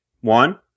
One